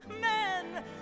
Men